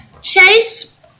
Chase